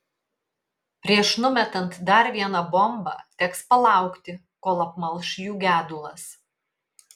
prieš numetant dar vieną bombą teks palaukti kol apmalš jų gedulas